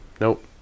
nope